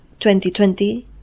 2020